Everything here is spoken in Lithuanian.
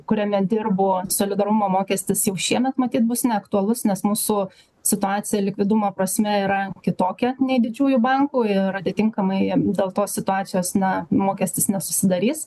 kuriame dirbu solidarumo mokestis jau šiemet matyt bus neaktualus nes mūsų situacija likvidumo prasme yra kitokia nei didžiųjų bankų ir atitinkamai dėl tos situacijos na mokestis nesusidarys